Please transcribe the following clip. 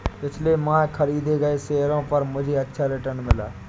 पिछले माह खरीदे गए शेयरों पर मुझे अच्छा रिटर्न मिला